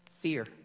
fear